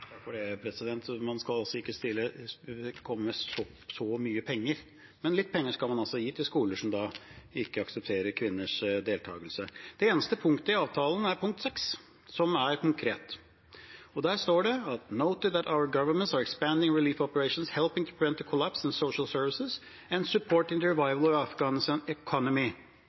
Man skal altså ikke komme med så mye penger, men litt penger skal man altså gi til skoler som ikke aksepterer kvinners deltagelse. Det eneste punktet i avtalen som er konkret, er punkt 6, og der står det: «Noted that our governments are expanding relief operations, helping prevent the collapse of social services and supporting the revival of Afghanistan’s economy.